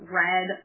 red